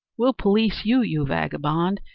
we'll police you, you vagabond.